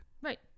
Right